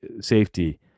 safety